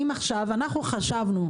אנחנו חשבנו,